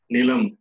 Nilam